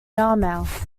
yarmouth